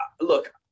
look